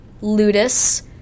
ludus